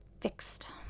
fixed